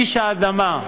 איש האדמה,